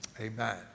Amen